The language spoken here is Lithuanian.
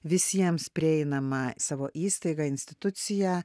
visiems prieinamą savo įstaigą instituciją